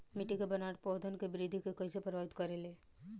मिट्टी के बनावट पौधन के वृद्धि के कइसे प्रभावित करे ले?